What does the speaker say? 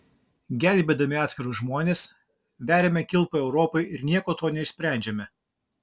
gelbėdami atskirus žmones veriame kilpą europai ir nieko tuo neišsprendžiame